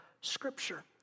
Scripture